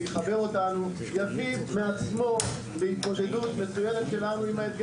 שיחבר אותנו יביא מעצמו להתמודדות מצוינת שלנו עם האתגרים.